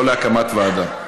לא הקמת ועדה.